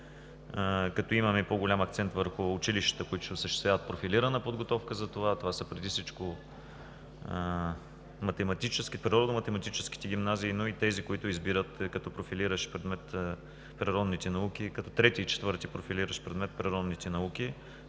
като имаме по-голям акцент върху училищата, които ще осигуряват профилирана подготовка за това. Това са преди всичко природо-математическите гимназии, но и тези, които избират като трети и четвърти профилиращ предмет природните науки.